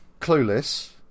Clueless